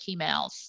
emails